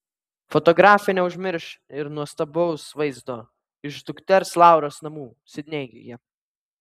fotografė neužmirš ir nuostabaus vaizdo iš dukters lauros namų sidnėjuje